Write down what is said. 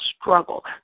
struggle